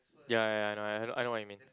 ya ya ya I know I know I know what you mean